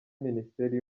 minisiteri